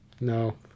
no